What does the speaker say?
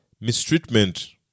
mistreatment